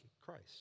Christ